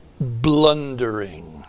blundering